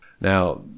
Now